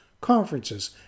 conferences